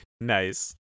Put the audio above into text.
nice